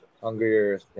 hungrier